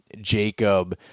Jacob